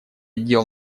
дел